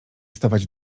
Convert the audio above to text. stawać